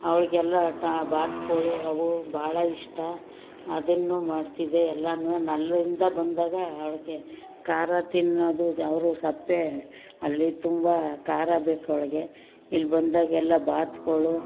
ಅವ್ಳಿಗೆಲ್ಲ ಟ ಬಾತ್ಗಳು ಅವು ಭಾಳ ಇಷ್ಟ ಅದನ್ನೂ ಮಾಡ್ತಿದ್ದೆ ಎಲ್ಲನೂ ನೆಲ್ಲೂರಿಂದ ಬಂದಾಗ ಅವ್ಳಿಗೆ ಖಾರ ತಿನ್ನೋದು ಅವರು ಸಪ್ಪೆ ಅಲ್ಲಿ ತುಂಬ ಖಾರ ಬೇಕು ಅವ್ಳಿಗೆ ಇಲ್ಲಿ ಬಂದಾಗೆಲ್ಲ ಬಾತ್ಗಳು